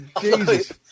Jesus